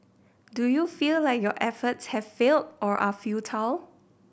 do you feel like your efforts have failed or are futile